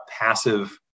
passive